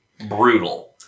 brutal